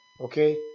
Okay